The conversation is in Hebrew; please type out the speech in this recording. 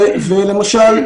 ולמשל,